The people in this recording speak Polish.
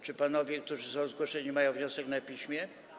Czy panowie, którzy są zgłoszeni, mają wnioski na piśmie?